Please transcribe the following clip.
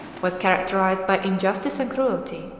was characterised by injustice and cruelty.